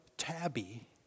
Tabby